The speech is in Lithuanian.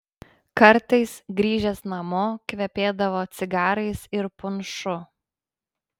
kartais grįžęs namo kvepėdavo cigarais ir punšu